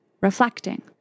reflecting